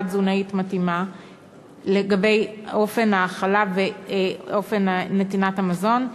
תזונאית מתאימה לגבי אופן ההאכלה ואופן נתינת המזון.